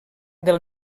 del